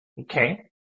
okay